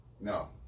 No